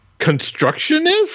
constructionist